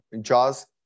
Jaws